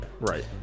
Right